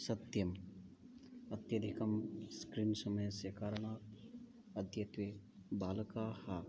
सत्यम् अत्यधिकं स्क्रीन् समयस्य कारणात् अद्यत्वे बालकाः